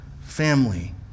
family